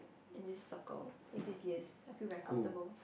in this circle he says yes I feel very comfortable